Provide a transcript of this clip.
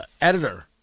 editor